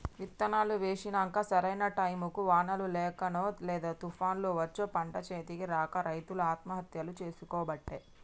విత్తనాలు వేశినంక సరైన టైముకు వానలు లేకనో లేదా తుపాన్లు వచ్చో పంట చేతికి రాక రైతులు ఆత్మహత్యలు చేసికోబట్టే